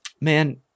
man